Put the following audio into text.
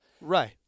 Right